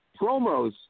promos